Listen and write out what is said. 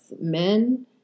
men